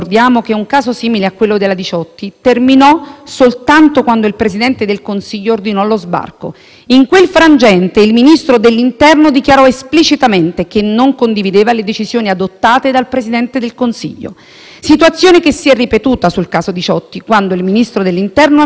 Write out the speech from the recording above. In quel frangente il Ministro dell'interno dichiarò esplicitamente che non condivideva le decisioni adottate dal Presidente del Consiglio; situazione che si è ripetuta con il caso Diciotti, quando il Ministro dell'interno ha minacciato una crisi di Governo, nel caso in cui la sua linea politica fosse stata sconfessata dal Presidente del Consiglio.